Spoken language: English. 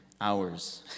hours